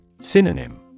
Synonym